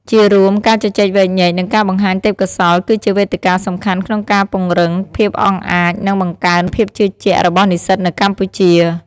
ជារួម ការជជែកវែកញែក និងការបង្ហាញទេពកោសល្យគឺជាវេទិកាសំខាន់ក្នុងការពង្រឹងភាពអង់អាច និងបង្កើនភាពជឿជាក់របស់និស្សិតនៅកម្ពុជា។